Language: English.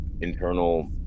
internal